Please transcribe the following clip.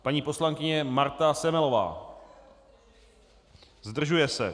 Paní poslankyně Marta Semelová: Zdržuje se.